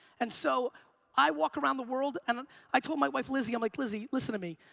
and so i walk around the world, and and i told my wife, lizzy. i'm like, lizzy, listen to me.